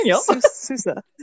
Susa